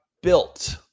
built